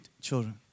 children